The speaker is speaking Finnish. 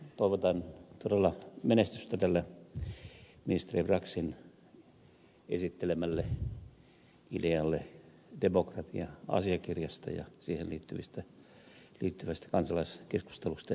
toivotan todella menestystä tälle ministeri braxin esittelemälle idealle demokratia asiakirjasta ja siihen liittyvästä kansalaiskeskustelusta ja seminaareista